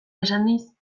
esanahiz